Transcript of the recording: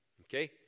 Okay